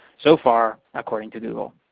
so far, according to google.